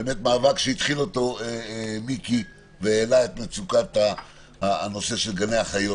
מאבק שהתחיל אותו מיקי והעלה את מצוקת נושא גני החיות,